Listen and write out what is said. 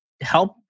help